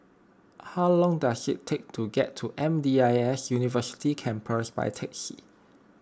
how long does it take to get to M D I S University Campus by taxi